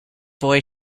boy